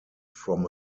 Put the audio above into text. from